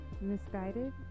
misguided